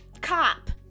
cop